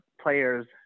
players